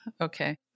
Okay